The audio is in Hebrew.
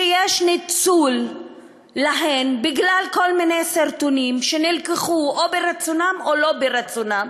יש ניצול שלהן בגלל כל מיני סרטונים שנלקחו או מרצונן או שלא מרצונן,